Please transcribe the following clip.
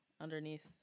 underneath